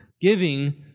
giving